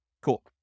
Cool